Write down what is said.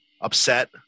upset